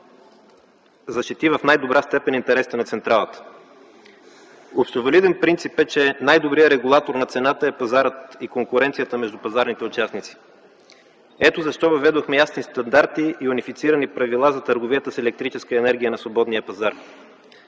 защити в най-добра степен интересите на централата. Общовалиден принцип е, че най-добрият регулатор на цената са пазарът и конкуренцията между пазарните участници. Ето защо въведохме ясни стандарти и унифицирани правила за търговията с електрическа енергия на свободния пазар.